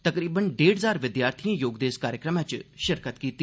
तकरीबन डेद़ हजार विद्यार्थिएं योग दे इस कार्यक्रमै च शिरकत कीती